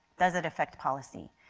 does it affect policy?